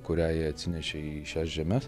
kurią jie atsinešė į šias žemes